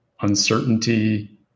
uncertainty